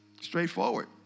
Straightforward